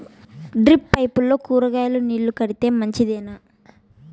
Drip పైపుల్లో కూరగాయలు నీళ్లు కడితే మంచిదేనా?